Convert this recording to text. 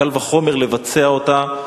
קל וחומר לבצע אותה.